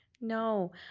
No